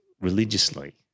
religiously